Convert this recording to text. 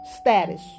status